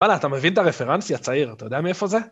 וואלה, אתה מבין את הרפרנס, יא צעיר? אתה יודע מאיפה זה?